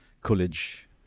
college